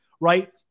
right